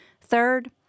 Third